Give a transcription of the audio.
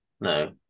no